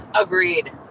Agreed